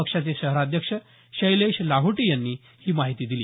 पक्षाचे शहराध्यक्ष शैलेश लाहोटी यांनी ही माहिती दिली